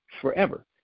forever